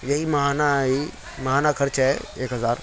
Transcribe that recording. یہی ماہانہ آئی ماہانہ خرچہ ہے ایک ہزار